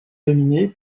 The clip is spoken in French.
dominée